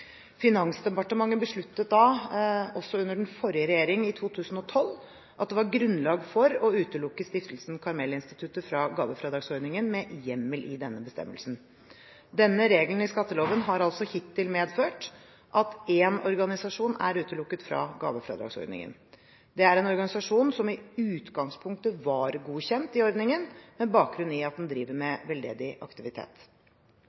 under den forrige regjeringen, i 2012, at det var grunnlag for å utelukke stiftelsen Karmel-Instituttet fra gavefradragsordningen med hjemmel i denne bestemmelsen. Denne regelen i skatteloven har altså hittil medført at én organisasjon er utelukket fra gavefradragsordningen. Det er en organisasjon som i utgangspunktet var godkjent i ordningen med bakgrunn i at den driver